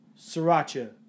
Sriracha